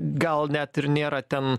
gal net ir nėra ten